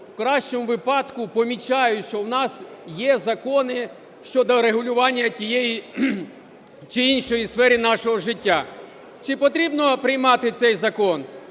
в кращому випадку помічають, що у нас є закони щодо регулювання тієї чи іншої сфери нашого життя. Чи потрібно приймати цей закон?